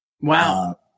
Wow